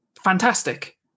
fantastic